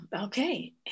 okay